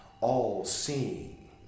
all-seeing